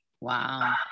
Wow